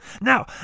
Now